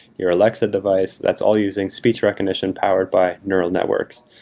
your alexa device. that's all using speech recognition powered by neural networks.